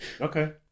Okay